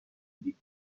دید